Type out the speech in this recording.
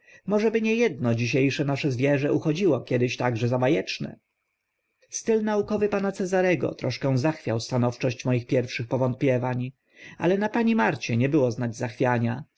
by nie edno dzisie sze nasze zwierzę uchodziło także kiedyś za ba eczne styl naukowy pana cezarego troszkę zachwiał stanowczość moich pierwszych powątpiewań ale na pani marcie nie było znać zachwiania